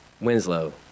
Winslow